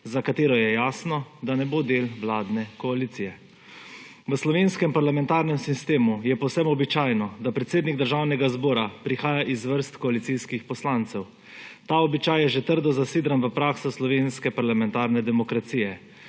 za katero je jasno, da ne bo del vladne koalicije. V slovenskem parlamentarnem sistemu je povsem običajno, da predsednik Državnega zbora prihaja iz vrst koalicijskih poslancev. Ta običaj je že trdno zasidran v prakso slovenske parlamentarne demokracije.